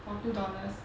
for two dollars